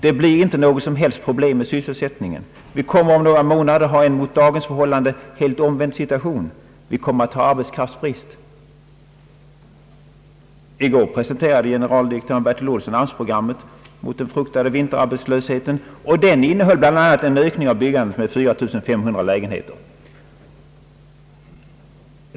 ——— Det blir inte något som helst problem med sysselsättningen, ——— Vi kommer redan om några månader att ha en mot dagens förhållande helt omvänd situation. Vi kommer att ha arbetskraftsbrist.» I går presenterade generaldirektör Bertil Olsson arbetsprogrammet mot den fruktade vinterarbetslösheten, och det innehöll bl.a. en ökning av byggandet med 4500 lägenheter.